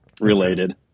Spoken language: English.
related